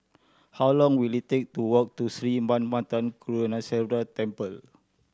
how long will it take to walk to Sri Manmatha Karuneshvarar Temple